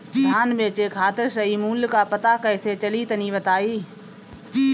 धान बेचे खातिर सही मूल्य का पता कैसे चली तनी बताई?